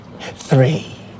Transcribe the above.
three